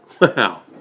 Wow